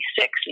six